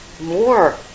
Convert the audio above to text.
more